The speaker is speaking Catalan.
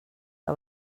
que